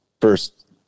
first